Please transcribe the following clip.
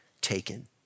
taken